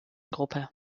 gruppe